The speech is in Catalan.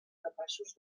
capaços